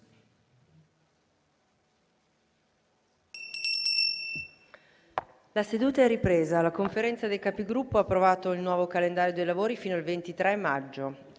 una nuova finestra"). La Conferenza dei Capigruppo ha approvato il nuovo calendario dei lavori fino al 23 maggio.